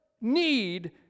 need